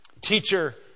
Teacher